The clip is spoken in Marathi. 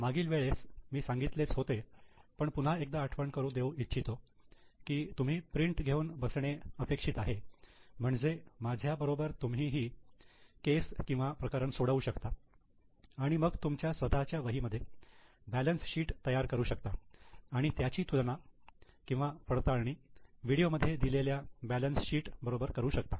मागील वेळेस मी सांगितलेच होते पण पुन्हा एकदा आठवण करून देऊ इच्छितो की तुम्ही प्रिंट घेऊन बसणे अपेक्षित आहे म्हणजे माझ्याबरोबर तुम्ही ही केस किंवा प्रकरण सोडवू शकता आणि मग तुमच्या स्वतःच्या वही मध्ये बॅलन्स शीट तयार करू शकता आणि त्याची तुलना किंवा पडताळणी व्हिडिओ मध्ये दिलेल्या बॅलन्स शीट बरोबर करू शकता